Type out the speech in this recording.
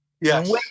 Yes